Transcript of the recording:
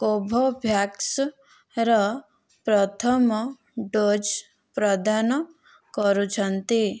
କୋଭୋଭ୍ୟାକ୍ସର ପ୍ରଥମ ଡ଼ୋଜ୍ ପ୍ରଦାନ କରୁଛନ୍ତି